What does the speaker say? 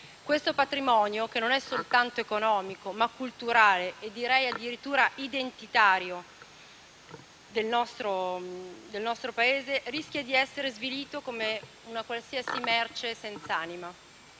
Questo patrimonio, che non è soltanto economico, ma culturale e direi addirittura identitario del nostro Paese rischia di essere svilito come una qualsiasi merce senz'anima.